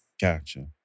Gotcha